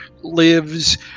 lives